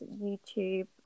YouTube